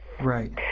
Right